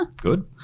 Good